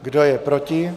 Kdo je proti?